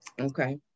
Okay